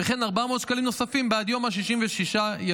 וכן 400 שקלים נוספים בעד היום ה-66 לשירות.